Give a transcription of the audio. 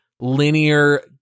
linear